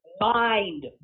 mind